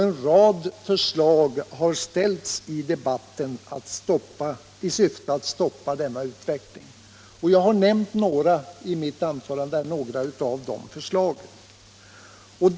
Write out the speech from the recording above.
En rad förslag har ställts i debatten i syfte att stoppa denna utveckling. Jag har nämnt några av de förslagen i mitt anförande.